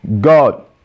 God